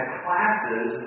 classes